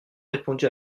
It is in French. répondu